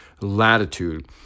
latitude